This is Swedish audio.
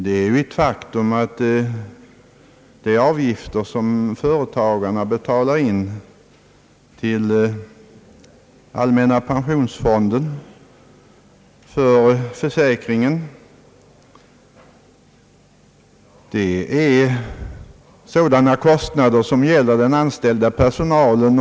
Det är ju ett faktum att de avgifter som företagarna betalar in till allmänna pensionsfonden är kostnader som gäller den anställda personalen.